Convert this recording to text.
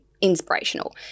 inspirational